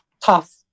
tough